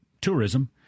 Tourism